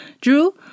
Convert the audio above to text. Drew